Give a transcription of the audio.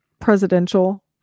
presidential